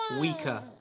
weaker